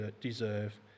deserve